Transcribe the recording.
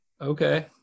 Okay